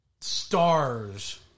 stars